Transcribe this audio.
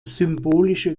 symbolische